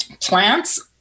plants